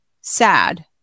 sad